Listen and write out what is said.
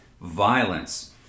violence